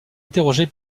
interrogée